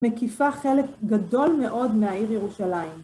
מקיפה חלק גדול מאוד מהעיר ירושלים.